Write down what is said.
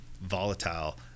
volatile